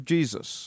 Jesus